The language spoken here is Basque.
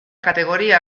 kategoria